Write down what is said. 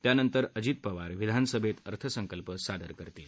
त्यानंतर अजित पवार विधानसभेत अर्थसंकल्प मांडतील